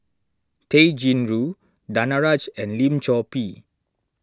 Tay Chin Joo Danaraj and Lim Chor Pee